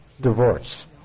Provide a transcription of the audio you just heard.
divorce